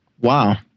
Wow